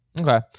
Okay